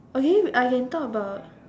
okay I can talk about